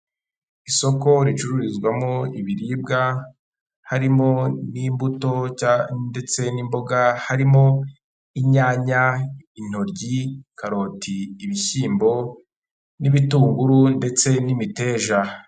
Isoko ricururizwamo ibiribwa harimo n'imbuto nshya ndetse n'imboga, harimo inyanya, intoryi, karoti, ibishyimbo n'ibitunguru ndetse n'imiteja.